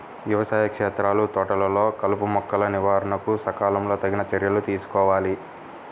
వ్యవసాయ క్షేత్రాలు, తోటలలో కలుపుమొక్కల నివారణకు సకాలంలో తగిన చర్యలు తీసుకోవాలి